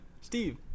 Steve